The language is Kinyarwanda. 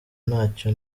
nacyo